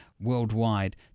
worldwide